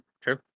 True